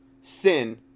sin